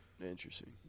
Interesting